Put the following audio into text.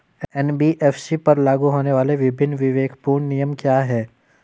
NBFC पर लागू होने वाले विभिन्न विवेकपूर्ण नियम क्या हैं?